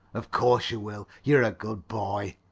of course you will. you're a good boy,